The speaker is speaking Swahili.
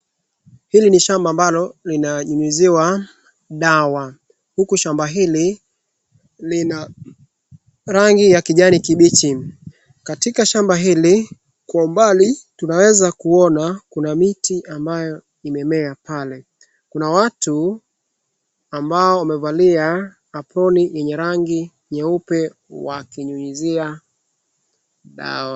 Hili ni shamba amablo llinayunyiziwa dawa huku shamba hili lina rangi ya kijani kimbichi. Katika shamba hili kwa umbali tunaeza kuona kuna miti ambayo imemema pale. Kuna watu ambao wamevalia aproni yenye rangi nyeupe wakinyunyizia dawa.